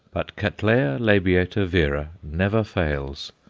but cattleya labiata vera never fails,